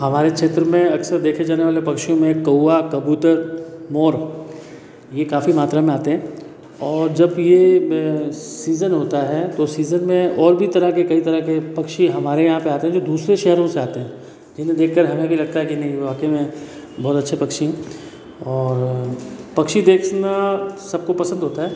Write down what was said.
हमारे क्षेत्र में अक्सर देखे जाने वाले पक्षीओ में कौवा कबुतर मोर ये काफ़ी मात्रा में आते हैं और जब ये सिज़न होता है तो सिज़न में और भी तरह के कई तरह के पक्षी हमारे यहाँ पर आते हैं जो दुसरे शहरों से आते हैं जिन्हें देखकर हमें भी लगता है की नहीं वाकई में बहुत अच्छे पक्षी है और पक्षी देखना सबको पसंद होता है